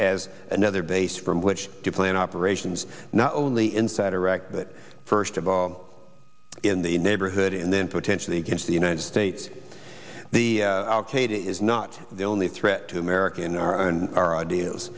as another base from which to plan operations not only inside iraq but first of all in the neighborhood and then potentially against the united states the al qaeda is not the only threat to american our and our